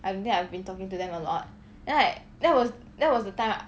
I don't think I've been talking to them a lot then like that was that was the time I